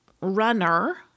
runner